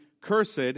Cursed